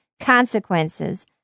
consequences